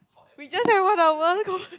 we just have one hour ago